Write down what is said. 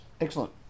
Excellent